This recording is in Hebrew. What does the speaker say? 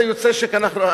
זה יוצא שכאילו אנחנו,